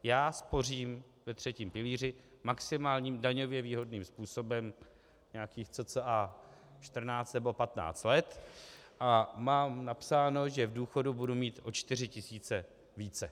Já spořím ve třetím pilíři maximálním daňově výhodným způsobem nějakých cca 14 nebo 15 let a mám napsáno, že v důchodu budu mít o 4 tisíce více.